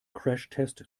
crashtest